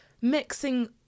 mixing